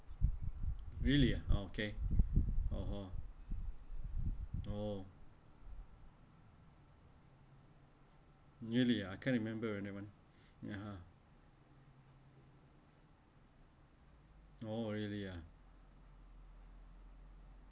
really ah uh okay (uh huh) oh really I can't remember ah that [one] (uh huh) oh really ah